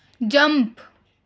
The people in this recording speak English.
jump